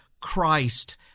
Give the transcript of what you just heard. Christ